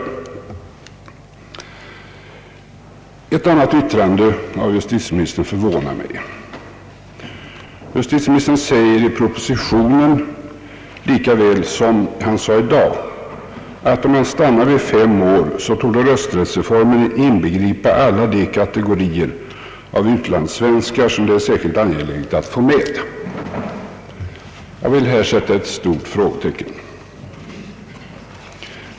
Även ett annat yttrande av justitieministern förvånade mig. Justitieministern säger i propositionen, lika väl som han sade i dag, att om man stannar vid en femårsgräns torde rösträttsreformen inbegripa alla de kategorier av utlandssvenskar som det är särskilt angeläget att få med. Jag vill här sätta ett stort frågetecken.